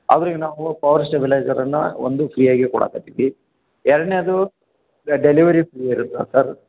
ಅವರಿಗೆ ನಾವು ಪವರ್ ಸ್ಟೆಬಿಲೈಝರನ್ನ ಒಂದು ಫ್ರೀಯಾಗಿ ಕೊಡಾಕತ್ತಿವಿ ಎರಡನೇದು ಡೆಲಿವರಿ ಫ್ರೀ ಇರುತ್ತೆ ಸರ್